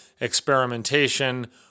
experimentation